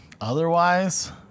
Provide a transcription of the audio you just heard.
Otherwise